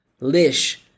LISH